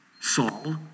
Saul